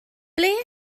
ble